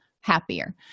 happier